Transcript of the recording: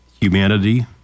humanity